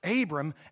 Abram